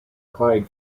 clyde